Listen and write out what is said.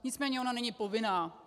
Nicméně ona není povinná.